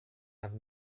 have